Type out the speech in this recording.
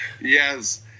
Yes